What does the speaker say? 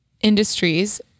industries